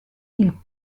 ils